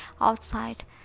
outside